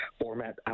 format